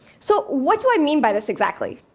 so what do i mean by this exactly?